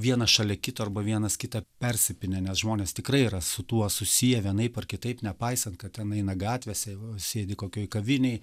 vienas šalia kito arba vienas kitą persipynę nes žmonės tikrai yra su tuo susiję vienaip ar kitaip nepaisant kad ten eina gatvėse sėdi kokioj kavinėj